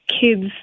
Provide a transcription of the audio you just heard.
kids